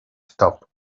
stop